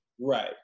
Right